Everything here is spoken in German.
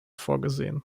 vorgesehen